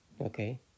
Okay